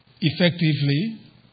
effectively